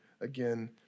again